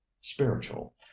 spiritual